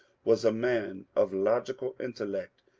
was a man of logical intellect,